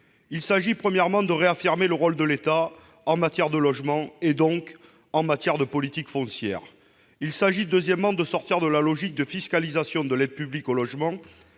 Il s'agit d'abord de réaffirmer le rôle de l'État en matière de logement, donc de politique foncière. Il s'agit ensuite de sortir de la logique de fiscalisation de l'aide publique au logement